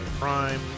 crime